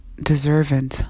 deserving